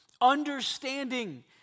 understanding